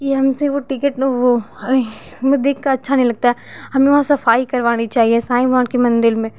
की हमसे वो टिकट ले वो हमें देख कर अच्छा नहीं लगता हमें वहाँ सफाई करवानी चाहिए साईंनाथ के मंदिर में